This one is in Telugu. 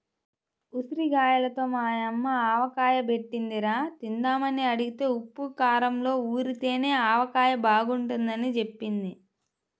ఉసిరిగాయలతో మా యమ్మ ఆవకాయ బెట్టిందిరా, తిందామని అడిగితే ఉప్పూ కారంలో ఊరితేనే ఆవకాయ బాగుంటదని జెప్పింది